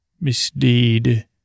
Misdeed